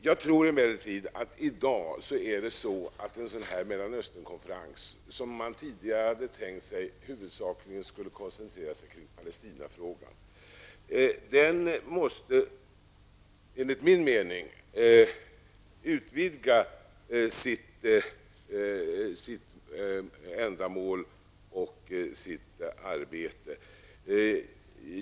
Enligt min mening måste en sådan Mellanöstern-konferens, som man tidigare tänkt skulle koncentreras huvudsakligen kring Palestinafrågan, utvidga ändamål och arbetsfält.